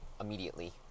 immediately